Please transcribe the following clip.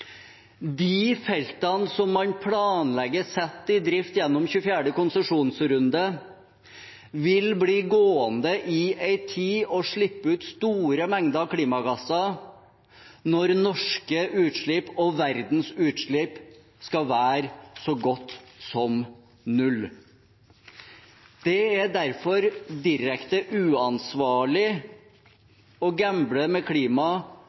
De feltene som man planlegger satt i drift gjennom 24. konsesjonsrunde, vil bli gående og slippe ut store mengder klimagasser i en tid da Norges og verdens utslipp skal være så godt som null. Det er derfor direkte uansvarlig å gamble med klimaet